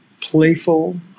playful